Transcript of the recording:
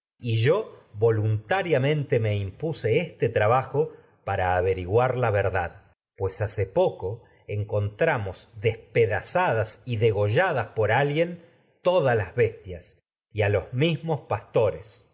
dudamos yo volun tariamente me impuse este trabajo para averiguar la verdad pues hace poco encontramos despedazadas y degolladas por alguien todas las pastores todo me bestias y a los mismos